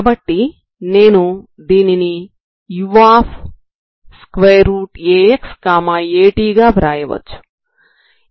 కాబట్టి నేను దీనిని uaxat గా వ్రాయవచ్చు